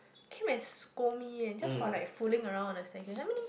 came and scold me eh just for like fooling around on the staircase I mean